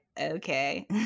okay